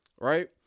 Right